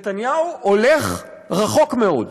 נתניהו הולך רחוק מאוד.